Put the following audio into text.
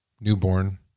newborn